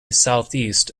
southeast